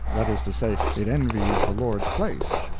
that is to say, it envies the lord's place.